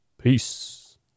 Peace